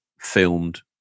filmed